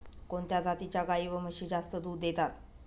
कोणत्या जातीच्या गाई व म्हशी जास्त दूध देतात?